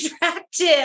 attractive